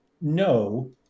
No